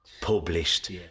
published